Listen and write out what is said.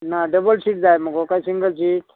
ना double seat जाय मुगो काय सिंगल शीट